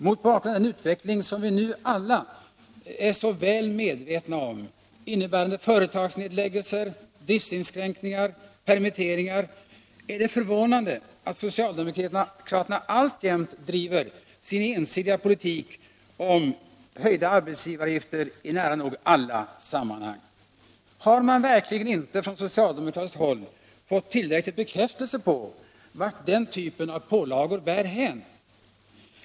Mot bakgrunden av den utveckling som vi nu alla är så väl medvetna om, innebärande företagsnedläggelser, driftinskränkningar och permitteringar, är det förvånande att socialdemokraterna alltjämt driver sin ensidiga politik om höjda arbetsgivaravgifter i nära nog alla sammanhang. Har man verkligen inte på socialdemokratiskt håll fått tillräcklig bekräftelse på vart den typen av pålagor bär hän?